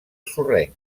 sorrenc